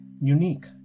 unique